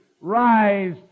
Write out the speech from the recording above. rise